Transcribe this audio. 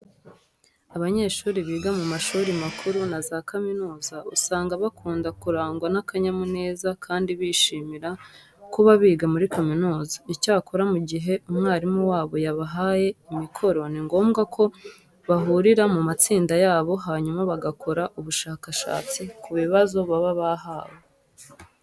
Abanyeshuri biga mu mashuri makuru na za kaminuza usanga bakunda kurangwa n'akanyamuneza kandi bishimira kuba biga muri kaminuza. Icyakora mu gihe umwarimu wabo yabahaye imikoro ni ngombwa ko bahurira mu matsinda yabo hanyuma bagakora ubushakashatsi ku bibazo baba bahawe.